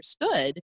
understood